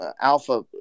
alpha